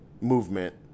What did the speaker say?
movement